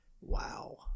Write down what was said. wow